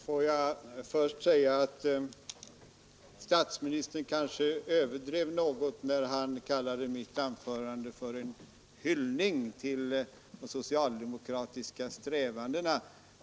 Herr talman! Statsministern överdrev något när han kallade mitt anförande för en hyllning till de socialdemokratiska strävandena.